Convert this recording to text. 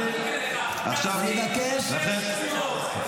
הם הרסו את כל הכנסיות,